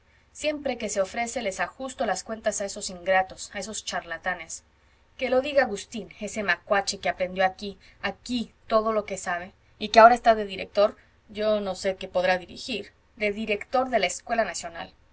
siempre que se ofrece les ajusto las cuentas a esos ingratos a esos charlatanes que lo diga agustín ese macuache que aprendió aquí aquí todo lo que sabe y que ahora está de director yo no sé lo que podrá dirigir de director de la escuela nacional